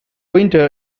winter